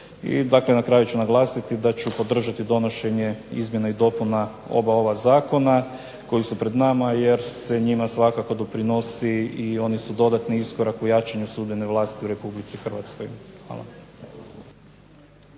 I na kraju ću naglasiti da ću podržati donošenje izmjene i dopune oba ova zakona koja su pred nama jer se njima svakako doprinosi i oni su dodatni iskorak u jačanju sudbene vlasti u RH. Hvala.